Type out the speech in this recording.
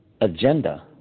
agenda